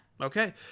Okay